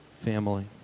family